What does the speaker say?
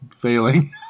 failing